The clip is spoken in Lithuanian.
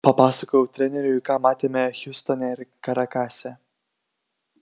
papasakojau treneriui ką matėme hjustone ir karakase